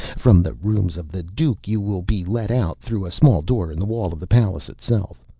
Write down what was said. from the rooms of the duke you will be let out through a small door in the wall of the palace itself.